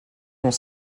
dans